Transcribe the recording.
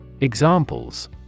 Examples